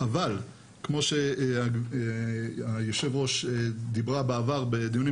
אבל כמו שהיושבת ראש דיברה בעבר בדיונים